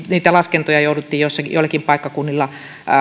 niitä laskentoja jouduttiin joillakin paikkakunnilla